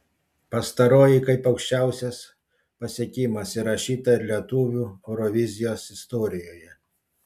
pastaroji kaip aukščiausias pasiekimas įrašyta ir lietuvių eurovizijos istorijoje